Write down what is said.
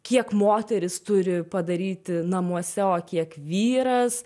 kiek moteris turi padaryti namuose o kiek vyras